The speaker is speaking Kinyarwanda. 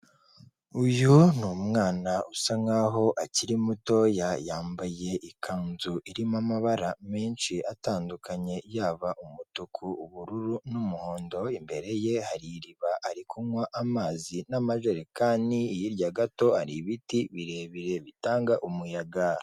Uyu ni umwana usa nk'aho akiri mutoya, yambaye ikanzu irimo amabara menshi atandukanye yaba umutuku, ubururu n'umuhondo, imbere ye hari iriba ari kunywa amazi n'amajerekani, hirya gato hari ibiti birebire bitanga umuyaga.